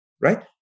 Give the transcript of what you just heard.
right